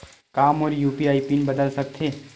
का मोर UPI PIN बदल सकथे?